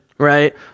right